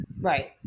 Right